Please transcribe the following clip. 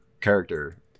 character